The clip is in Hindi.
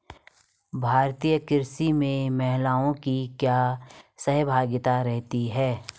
भारतीय कृषि में महिलाओं की क्या सहभागिता रही है?